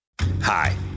Hi